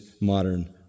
modern